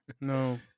no